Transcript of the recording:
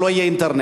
שלא יהיה אינטרנט,